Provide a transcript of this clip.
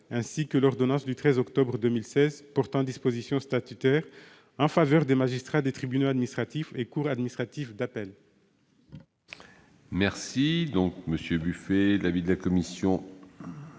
ainsi que l'ordonnance du 13 octobre 2016 portant dispositions statutaires concernant les magistrats des tribunaux administratifs et cours administratives d'appel.